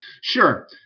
Sure